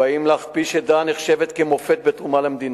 ובאים להכפיש עדה הנחשבת כמופת בתרומה למדינה.